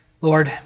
Lord